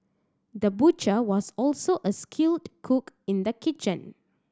the butcher was also a skilled cook in the kitchen